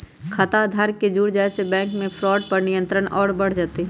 खाता आधार से जुड़ जाये से बैंक मे फ्रॉड पर नियंत्रण और बढ़ जय तय